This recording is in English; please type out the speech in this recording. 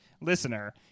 listener